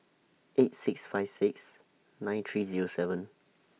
eight six five six nine three Zero seven